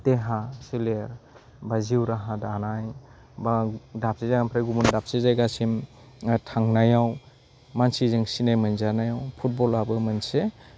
देहा सोलेर बा जिउ राहा दानाय बा दाबसे जागानिफ्राय गुबुन दाबसे गायगासिम थांनायाव मानसिजों सिनाय मोनजानायाव फुटबलाबो मोनसे